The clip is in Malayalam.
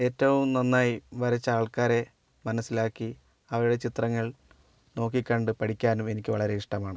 ഏറ്റവും നന്നായി വരച്ച ആൾക്കാരെ മനസ്സിലാക്കി അവരുടെ ചിത്രങ്ങൾ നോക്കികണ്ട് പഠിക്കാനും എനിക്ക് വളരെ ഇഷ്ടമാണ്